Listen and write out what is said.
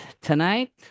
tonight